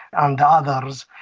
and others,